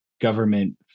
government